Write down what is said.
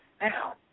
Now